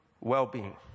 well-being